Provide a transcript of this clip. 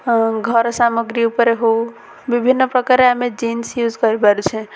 ଘର ସାମଗ୍ରୀ ଉପରେ ହଉ ବିଭିନ୍ନ ପ୍ରକାର ଆମେ ଜିନ୍ସ ୟୁଜ୍ କରିପାରୁଛେ